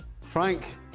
Frank